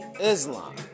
Islam